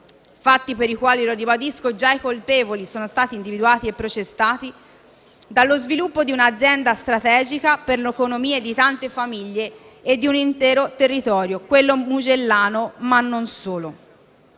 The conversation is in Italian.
fatti per i quali, lo ribadisco, i colpevoli sono già stati individuati e processati - dallo sviluppo di un'azienda strategica per l'economia di tante famiglie e di un intero territorio, quello mugellano, ma non solo.